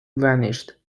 vanished